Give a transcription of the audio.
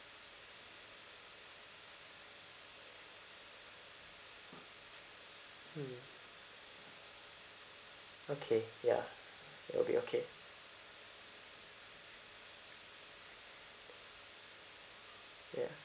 mm okay ya it will be okay ya